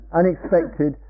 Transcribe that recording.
unexpected